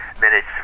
minutes